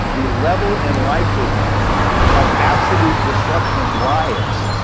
the level and likelihood of absolute destruction and riots,